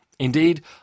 Indeed